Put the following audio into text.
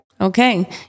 Okay